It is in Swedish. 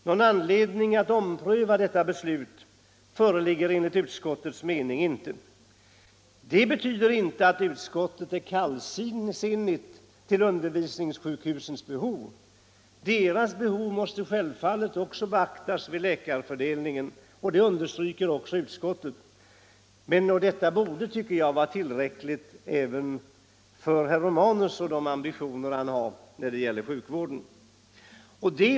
Någon anledning att ompröva detta beslut föreligger enligt utskottets mening inte. Det betyder inte att utskottet är kallsinnigt till undervisningssjukhusens behov. Deras behov måste självfallet också beaktas vid läkarfördelningen, och det understryker utskottet. Detta borde, tycker jag, vara tillräckligt även för herr Romanus med de ambitioner han har — Nr 87 när det gäller sjukvården.